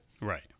Right